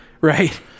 Right